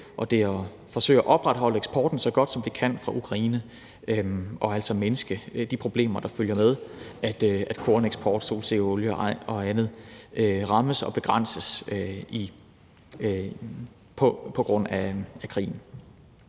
FN, ved at forsøge at opretholde eksporten fra Ukraine, så godt som man kan, og altså mindske de problemer, der følger af, at eksporten af korn, solsikkeolie og andet rammes og begrænses på grund af krigen.